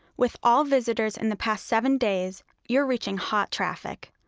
with all visitors in the past seven days you're reaching hot traffic.